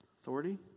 authority